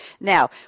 Now